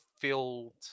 filled